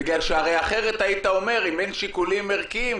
בגלל שאחרת היית אומר: אם אין שיקולים ערכיים,